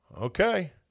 okay